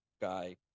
guy